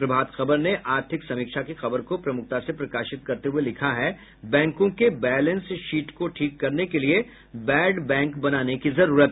प्रभात खबर ने आर्थिक समीक्षा की खबर को प्रमुखता से प्रकाशित करते हुये लिखा है बैंकों के बैलेंस शीट को ठीक करने के लिए बैड बैंक बनाने की जरूरत